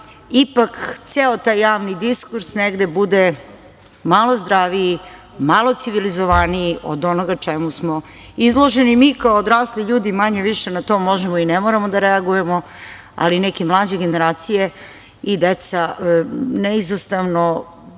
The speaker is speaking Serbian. ipak ceo taj javni diskurs, negde bude malo zdraviji, malo civilizovaniji od onoga čemu smo izloženi mi kao odrasli ljudi, manje više na to možemo i ne moramo da reagujemo, ali neke mlađe generacije i deca neizostavno,